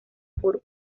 por